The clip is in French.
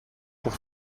pour